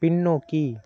பின்னோக்கி